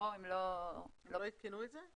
הם לא עדכנו את זה?